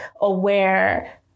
aware